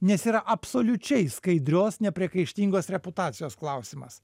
nes yra absoliučiai skaidrios nepriekaištingos reputacijos klausimas